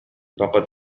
لقد